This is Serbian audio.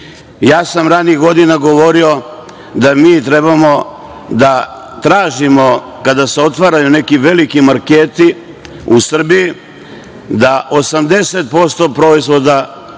sam ranijih godina govorio da mi treba da tražimo kada se otvaraju neki veliki marketi u Srbiji da 80% proizvoda